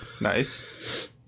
Nice